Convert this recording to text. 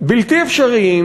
בלתי אפשריים,